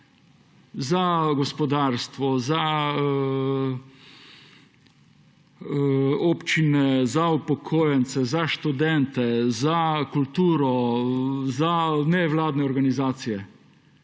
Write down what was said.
za gospodarstvo, za občine, za upokojence, za študente, za kulturo, za nevladne organizacije.